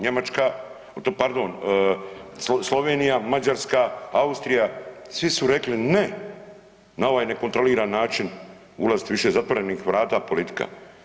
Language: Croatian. Njemačka, pardon Slovenija, Mađarska, Austrija svi su rekli ne na ovaj nekontrolirani način ulaziti više zatvaranih vrata politika.